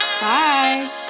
Bye